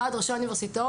ועד ראשי האוניברסיטאות,